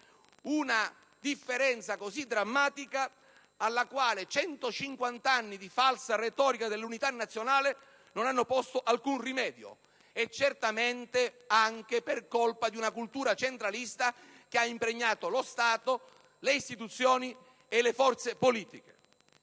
una differenza drammatica, alla quale 150 anni di falsa retorica dell'unità nazionale non hanno posto alcun rimedio, certamente anche per colpa di una cultura centralista che ha impregnato lo Stato, le istituzioni e le forze politiche.